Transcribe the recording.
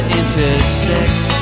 intersect